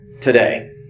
today